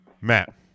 Matt